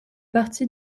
partie